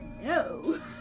No